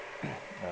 err